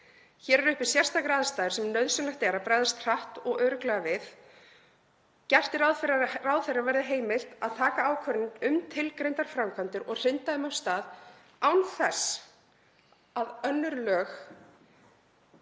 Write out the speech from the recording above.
Hér eru uppi sérstakrar aðstæður sem nauðsynlegt er að bregðast hratt og örugglega við. Gert er ráð fyrir að ráðherra verði heimilt að taka ákvörðun um tilgreindar framkvæmdir og hrinda þeim af stað án þess að önnur lög